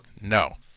No